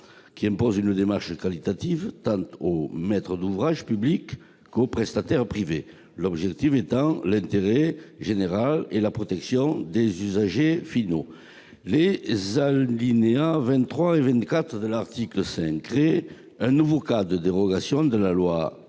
qui impose une démarche qualitative tant aux maîtres d'ouvrage publics qu'aux prestataires privés, les objectifs étant l'intérêt général et la protection des usagers finaux. Les alinéas 23 et 24 de l'article 5 créent un nouveau cas de dérogation à la loi